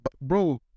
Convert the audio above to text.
bro